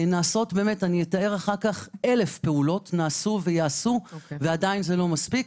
המון פעולות נעשו ויעשו ועדיין זה לא מספיק.